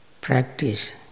practice